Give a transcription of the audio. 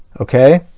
Okay